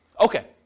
Okay